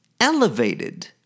elevated